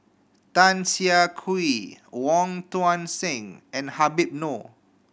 Tan Siah Kwee Wong Tuang Seng and Habib Noh